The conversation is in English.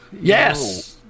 Yes